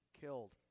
killed